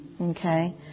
Okay